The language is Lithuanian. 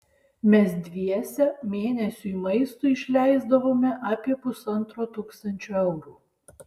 mes dviese mėnesiui maistui išleisdavome apie pusantro tūkstančio eurų